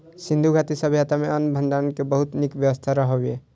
सिंधु घाटी सभ्यता मे अन्न भंडारण के बहुत नीक व्यवस्था रहै